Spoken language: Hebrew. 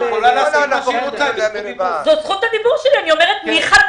אני אומרת מי שחתם.